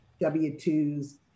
W-2s